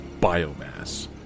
biomass